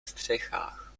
střechách